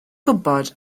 gwybod